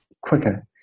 quicker